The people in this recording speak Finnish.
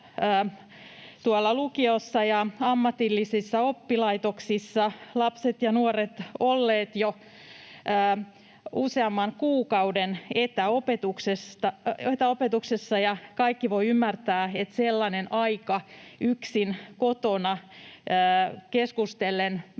lukioissa ja ammatillisissa oppilaitoksissa lapset ja nuoret ovat olleet jo useamman kuukauden etäopetuksessa, ja kaikki voivat ymmärtää, että sellainen aika yksin kotona keskustellen